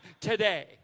today